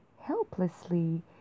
helplessly